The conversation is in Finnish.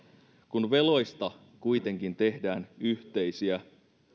kun veloista kuitenkin tehdään yhteisiä